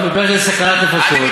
אני מדבר על סכנת נפשות,